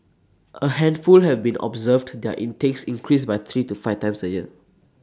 A handful have been observed their intakes increase by three to five times A year